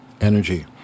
energy